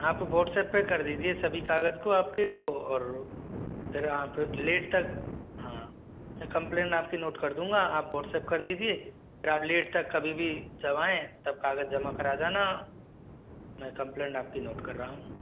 आप व्हाट्सएप पे कर दीजिए सभी कागज को आपके को और फिर हाँ फिर लेट तक हाँ मैं कंप्लैन आपकी नोट कर दूँगा आप व्हाट्सएप कर दीजिए फिर आप लेट तक कभी भी जब आएँ तब कागज जमा करा जाना मैं कंप्लैंट आपकी नोट कर रहा हूँ